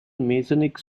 masonic